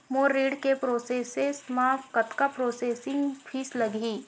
मोर ऋण के प्रोसेस म कतका प्रोसेसिंग फीस लगही?